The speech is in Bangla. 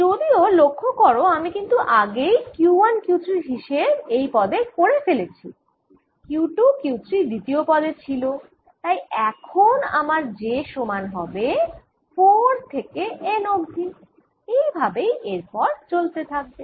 যদিও লক্ষ্য করো আমি কিন্তু আগেই Q 1 Q 3 র হিসেব এই পদে করে ফেলেছি Q 2 Q 3 দ্বিতীয় পদে ছিল তাই এখন আমার j সমান হবে 4 থেকে N অবধি এই ভাবেই এর পর চলতে থাকবে